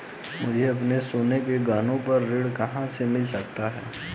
मुझे अपने सोने के गहनों पर ऋण कहां से मिल सकता है?